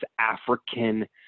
African